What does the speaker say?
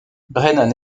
brennan